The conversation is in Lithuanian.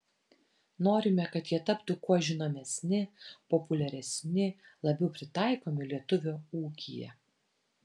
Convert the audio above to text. norime kad jie taptų kuo žinomesni populiaresni labiau pritaikomi lietuvio ūkyje